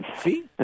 See